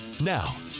Now